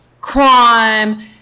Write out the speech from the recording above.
crime